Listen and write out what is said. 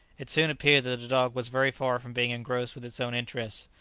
it soon appeared that the dog was very far from being engrossed with its own interests.